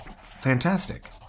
fantastic